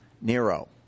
Nero